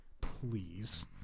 Please